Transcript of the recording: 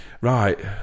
right